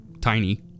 Tiny